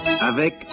avec